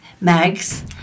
Mags